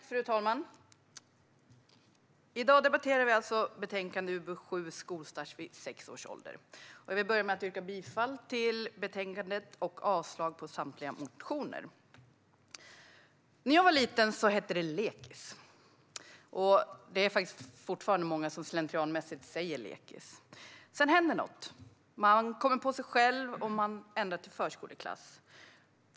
Fru talman! I dag debatterar vi alltså betänkande UbU7, Skolstart vid sex års ålder . Jag börjar med att yrka bifall till utskottets förslag och avslag på samtliga reservationer. När jag var liten hette det lekis, och det är fortfarande många som slentrianmässigt säger lekis. Sedan händer det något; man kommer på sig själv och ändrar till förskoleklass.